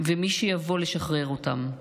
ומי שיבוא לשחרר אותם.